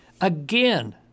Again